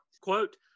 Quote